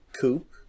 Coupe